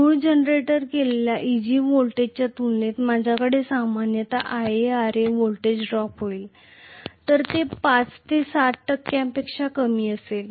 मूळ जनरेट केलेल्या Eg व्होल्टेजच्या तुलनेत माझ्याकडे सामान्यत IaRa व्होल्टेज ड्रॉप होईल ते 5 ते 7 टक्क्यांपेक्षा कमी असेल